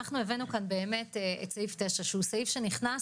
אנחנו הבאנו כאן את סעיף 9, שהוא סעיף שנכנס